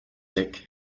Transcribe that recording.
sick